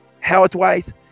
Health-wise